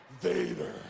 Vader